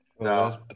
No